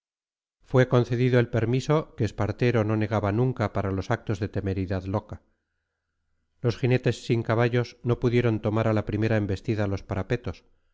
fue concedido el permiso que espartero no negaba nunca para los actos de temeridad loca los jinetes sin caballos no pudieron tomar a la primera embestida los parapetos